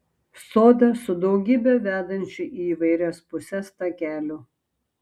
sodas su daugybe vedančių į įvairias puses takelių